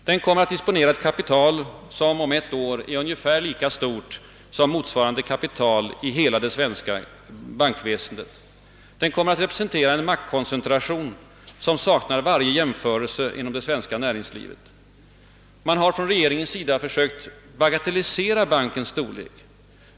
Den kommer att disponera ett kapital, som om ett år är ungefär lika stort som motsvarande kapital i hela det samlade svenska bankväsendet. Den kommer att representera en maktkoncentration som saknar varje jämförelse inom det svenska näringslivet. Regeringen har försökt bagatellisera bankens storlek.